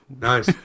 Nice